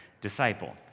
disciple